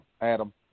adam